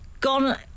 gone